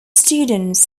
students